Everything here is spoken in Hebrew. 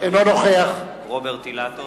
אינו נוכח רוברט אילטוב,